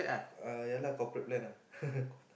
uh ya lah corporate plan lah